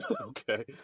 Okay